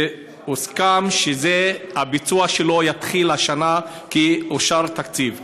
והוסכם שהביצוע שלו יתחיל השנה, כי אושר תקציב.